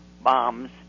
bombs